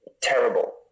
terrible